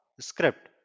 script